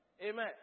amen